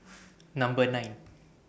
Number nine